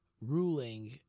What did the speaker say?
ruling